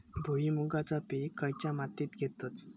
भुईमुगाचा पीक खयच्या मातीत घेतत?